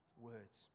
words